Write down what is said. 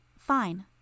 Fine